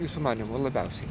jūsų manymu labiausiai